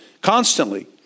constantly